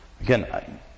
Again